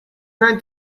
trying